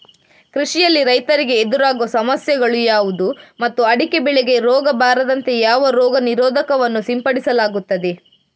ಕೃಷಿಯಲ್ಲಿ ರೈತರಿಗೆ ಎದುರಾಗುವ ಸಮಸ್ಯೆಗಳು ಯಾವುದು ಮತ್ತು ಅಡಿಕೆ ಬೆಳೆಗೆ ರೋಗ ಬಾರದಂತೆ ಯಾವ ರೋಗ ನಿರೋಧಕ ವನ್ನು ಸಿಂಪಡಿಸಲಾಗುತ್ತದೆ?